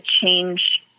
change